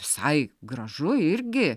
visai gražu irgi